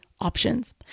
options